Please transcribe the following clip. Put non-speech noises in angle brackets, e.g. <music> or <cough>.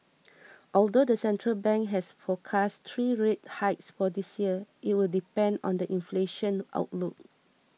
<noise> although the central bank has forecast three rate hikes for this year it will depend on the inflation outlook